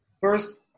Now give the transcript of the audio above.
first